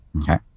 Okay